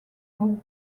book